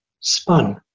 spun